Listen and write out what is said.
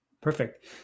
Perfect